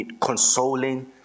consoling